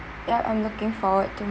yup I'm looking forward to my